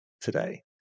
today